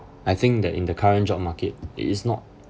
I think that in the current job market it is not